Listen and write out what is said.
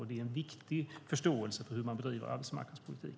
Det är en viktig förståelse för hur man bedriver arbetsmarknadspolitik.